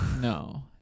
no